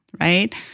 Right